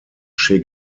che